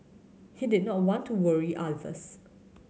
he did not want to worry others